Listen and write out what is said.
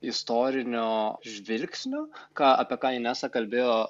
istorinio žvilgsnio ką apie ką inesa kalbėjo